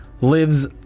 lives